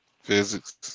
physics